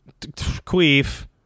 Queef